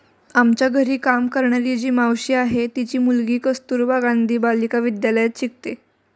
आमच्या घरी काम करणारी जी मावशी आहे, तिची मुलगी कस्तुरबा गांधी बालिका विद्यालयात शिकते